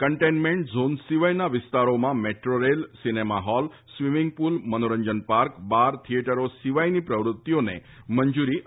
containment zone સિવાયના વિસ્તારોમાં metro rail cinema hall swimming pool મનોરંજન પાર્ક બાર થીયેટરો સિવાયની પ્રવૃત્તિઓને મંજુરી અપાઈ છે